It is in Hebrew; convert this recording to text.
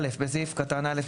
בסעיף קטן (א),